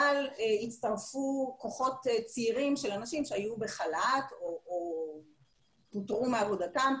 אבל הצטרפו כוחות צעירים של אנשים שהיו בחל"ת או פוטרו מעבודתם,